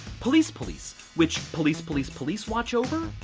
police police, which police police police watch over,